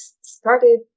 started